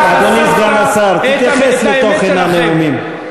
אדוני סגן השר, תתייחס לתוכן הנאומים.